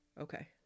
Okay